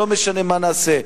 לא משנה מה נעשה,